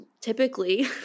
typically